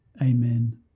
Amen